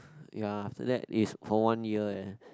ya after that is whole one year eh